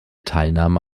teilnahme